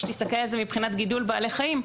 איך שתסתכל על זה מבחינת גידול בעלי חיים,